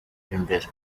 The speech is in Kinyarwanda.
imbere